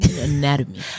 Anatomy